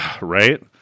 Right